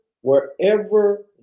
wherever